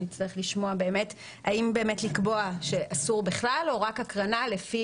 נצטרך לשמוע האם באמת לקבוע שאסור בכלל או רק הקרנה לפי